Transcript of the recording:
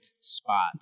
spot